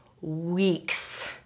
Weeks